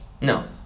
No